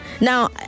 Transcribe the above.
Now